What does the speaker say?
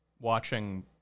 watching